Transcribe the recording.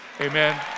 Amen